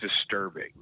disturbing